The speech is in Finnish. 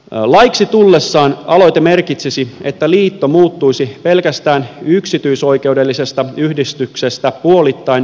laiksi tullessaan aloite merkitsisi että liitto muuttuisi pelkästään yksityisoikeudellisesta yhdistyksestä puolittain julkisoikeudelliseen suuntaan